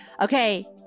Okay